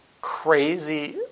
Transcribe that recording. crazy